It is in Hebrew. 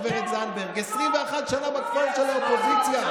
גברת זנדברג, 21 שנה בכפור של האופוזיציה.